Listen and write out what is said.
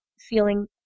feeling